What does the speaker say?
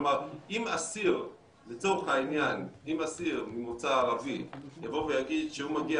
כלומר אם אסיר ממוצא ערבי יגיד שכשהוא מגיע